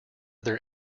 there